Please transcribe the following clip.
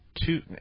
two